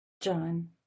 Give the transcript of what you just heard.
John